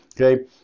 okay